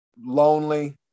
lonely